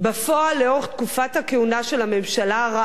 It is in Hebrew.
לאורך תקופת הכהונה של הממשלה הרעה הזו,